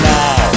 now